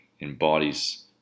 embodies